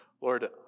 Lord